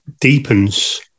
deepens